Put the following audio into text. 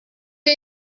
get